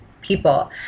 people